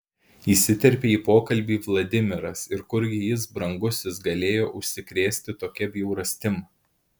įsiterpė į pokalbį vladimiras ir kurgi jis brangusis galėjo užsikrėsti tokia bjaurastim